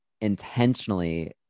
intentionally